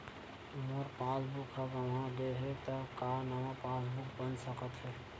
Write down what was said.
मोर passbook ह गंवा गे हे त का नवा पास बुक बन सकथे?